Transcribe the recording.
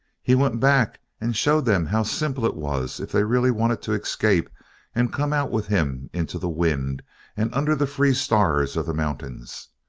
he went back and showed them how simple it was if they really wanted to escape and come out with him into the wind and under the free stars of the mountains.